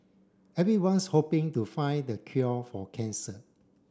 everyone's hoping to find the cure for cancer